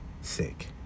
sick